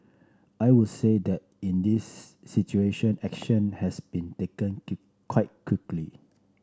I would say that in this situation action has been taken keep quite quickly